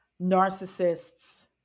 narcissists